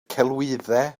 celwyddau